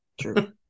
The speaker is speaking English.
True